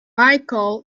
michael